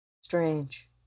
Strange